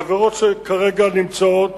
החברות שכרגע נמצאות